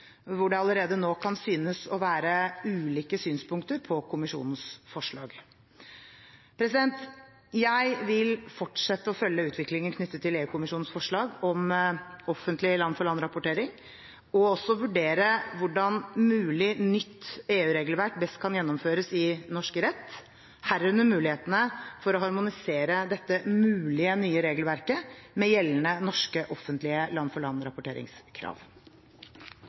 hvor det allerede nå kan synes å være ulike synspunkter på kommisjonens forslag. Jeg vil fortsette å følge utviklingen knyttet til EU-kommisjonens forslag om offentlig land-for-land-rapportering og også vurdere hvordan et mulig nytt EU-regelverk best kan gjennomføres i norsk rett, herunder mulighetene for å harmonisere dette mulige nye regelverket med gjeldende norske offentlige